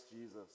jesus